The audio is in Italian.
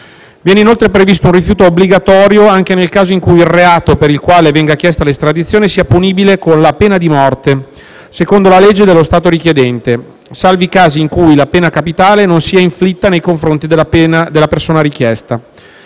Viene inoltre previsto un rifiuto obbligatorio anche nel caso in cui il reato per il quale venga chiesta l'estradizione sia punibile con la pena di morte secondo la legge dello Stato richiedente, salvi i casi in cui la pena capitale non sia inflitta nei confronti della persona richiesta,